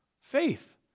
Faith